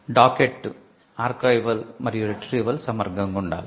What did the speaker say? docket archival మరియు retrieval సమగ్రoగా ఉండాలి